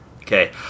Okay